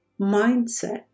mindset